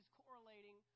correlating